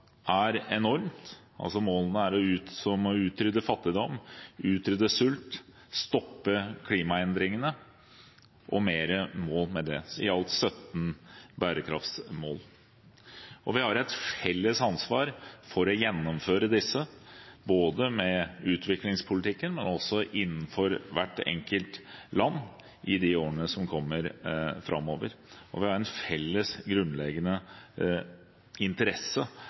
er enormt. Målene er å utrydde fattigdom, utrydde sult, stoppe klimaendringene og mer, i alt 17 bærekraftsmål. Vi har et felles ansvar for å gjennomføre disse, både med utviklingspolitikken og også innenfor hvert enkelt land i årene som kommer. Vi har en felles grunnleggende interesse